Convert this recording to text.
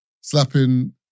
slapping